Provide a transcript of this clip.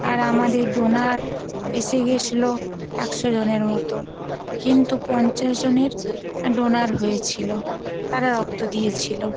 আর আমাদের ডোনার এসে গিয়েছিলো একশো জনের মতো কিন্তু পঞ্চাশ জনের ডোনার হয়েছিলো তারা রক্ত দিয়েছিলো